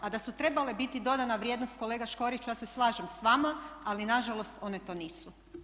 A da su trebale biti dodana vrijednost kolega Škoriću ja se slažem s vama ali nažalost one to nisu.